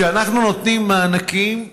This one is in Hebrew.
כשאנחנו נותנים מענקים,